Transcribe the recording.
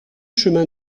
chemin